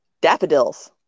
Daffodils